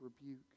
rebuke